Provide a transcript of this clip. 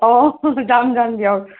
অঁ যাম যাম দিয়ক